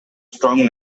strong